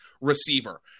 receiver